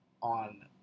on